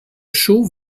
chaux